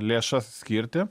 lėšas skirti